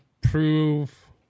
prove